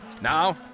Now